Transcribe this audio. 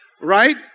right